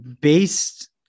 Based